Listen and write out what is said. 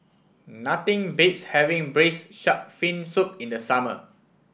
nothing beats having Braised Shark Fin Soup in the summer